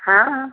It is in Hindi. हाँ